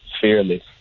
fearless